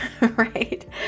right